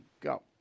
Go